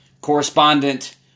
correspondent